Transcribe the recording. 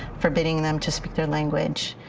forbidding them to speak their language.